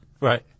Right